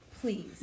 Please